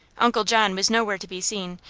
uncle john was nowhere to be seen,